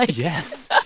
like yes ah